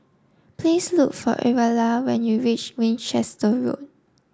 please look for Ariella when you reach Winchester Road